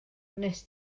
nes